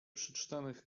przeczytanych